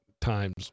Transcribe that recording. times